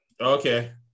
Okay